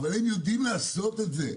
אבל הן יידעו לעשות את זה,